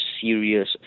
serious